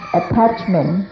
attachment